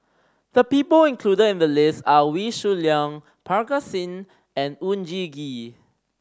the people included in the list are Wee Shoo Leong Parga Singh and Oon Jin Gee